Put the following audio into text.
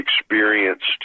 experienced